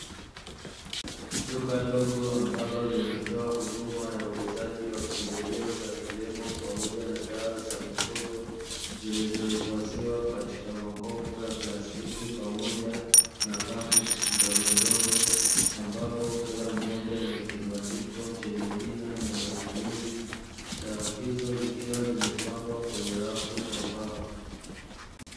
Duka dogo ambalo linatoa huduma ya uuzaji wa pembejeo za kilimo pamoja na dawa za mifugo; zilizohifadhiwa katika makopo ya plastiki pamoja na paketi ndogondogo, ambapo kila moja ina kibandiko chenye jina na matumizi; dawa hizo zikiwa zimepangwa kwenye rafu za mbao.